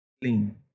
clean